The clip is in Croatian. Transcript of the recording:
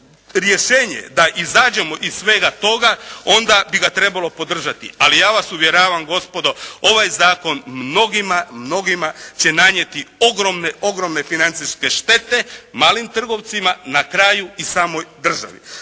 da izađemo iz svega toga onda bi ga trebalo podržati. Ali ja vas uvjeravam gospodo ovaj zakon mnogima, mnogima će nanijeti ogromne financijske štete, malim trgovcima na kraju i samoj državi.